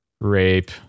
rape